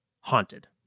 haunted